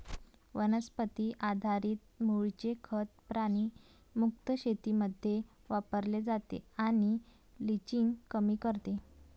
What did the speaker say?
वनस्पती आधारित मूळचे खत प्राणी मुक्त शेतीमध्ये वापरले जाते आणि लिचिंग कमी करते